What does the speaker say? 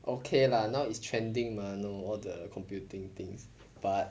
okay lah now is trending mah know all the computing things but